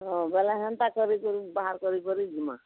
ହଁ ବୋଲେ ହେନ୍ତା କରି କରି ବାହାର କରି କରି ଜିମା